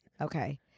Okay